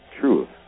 truth